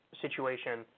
situation